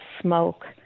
smoke